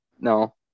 No